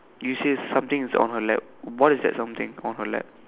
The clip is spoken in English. you say something is on her lap what is that something on her lap